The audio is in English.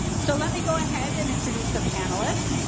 so let me go ahead and introduce the panelists.